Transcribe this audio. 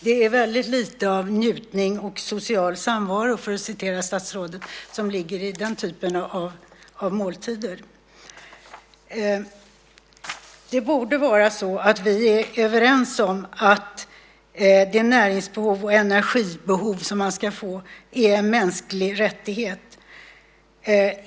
Det är väldigt lite av njutning och social samvaro, för att citera statsrådet, som ligger i den typen av måltider. Det borde vara så att vi är överens om att det är en mänsklig rättighet att uppfylla det näringsbehov och energibehov som man har.